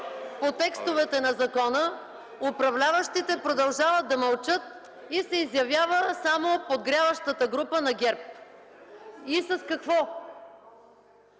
по текстовете на закона, управляващите продължават да мълчат и се изявява само подгряващата група на ГЕРБ. И с какво?